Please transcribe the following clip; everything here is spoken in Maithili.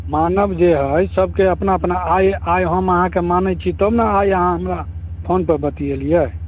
मानब जे हए सबके अपना अपना आइ आइ हम अहाँके मानैत छी तब ने आइ अहाँ हमरा फोन पर बतिएलियै